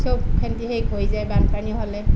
চব খিন্তি শেষ হৈ যায় বানপানী হ'লে